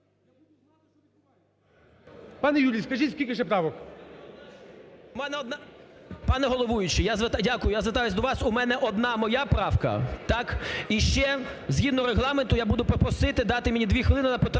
Пане Юрію, скажіть, скільки ще правок?